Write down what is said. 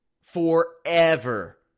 forever